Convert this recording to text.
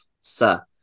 Sir